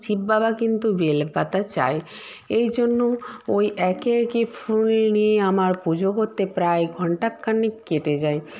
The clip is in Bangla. শিব বাবা কিন্তু বেলপাতা চায় এই জন্য ওই একে একে ফুল নিয়ে আমার পুজো করতে প্রায় ঘন্টাখানেক কেটে যায়